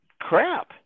crap